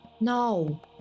No